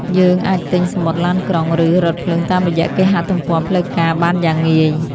យើងអាចទិញសំបុត្រឡានក្រុង ឬរថភ្លើងតាមរយៈគេហទំព័រផ្លូវការបានយ៉ាងងាយ។